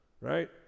right